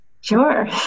Sure